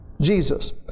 Jesus